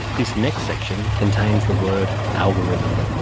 this next section contains the word algorithm.